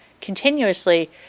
continuously